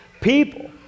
people